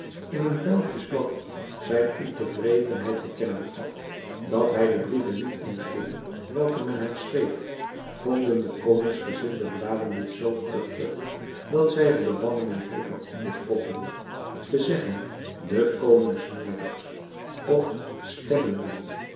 in een belgisch blad zijn ontevredenheid te kennen gaf dat hij de brieven niet ontving welke men hem schreef vonden de koningsgezinde bladen dit zoo kluchtig dat zij er den banneling hevig om bespotten te zeggen de koningsmoorders of